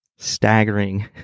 Staggering